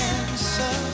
answer